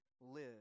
live